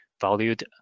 valued